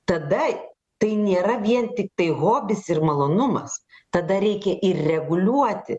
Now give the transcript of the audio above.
tada tai nėra vien tiktai hobis ir malonumas tada reikia ir reguliuoti